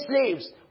slaves